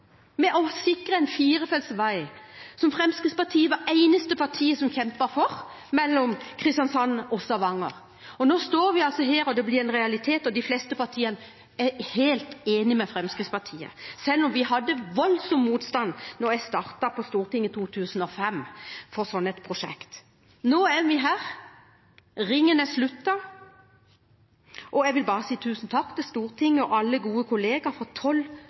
med å sikre en firefeltsvei – som Fremskrittspartiet var det eneste partiet som kjempet for – mellom Kristiansand og Stavanger. Nå står vi her, og det blir en realitet. De fleste partiene er helt enig med Fremskrittspartiet, selv om det var voldsom motstand da jeg startet på Stortinget i 2005, mot et slikt prosjekt. Nå er vi her – ringen er sluttet. Jeg vil bare si tusen takk til Stortinget og til alle gode kolleger for tolv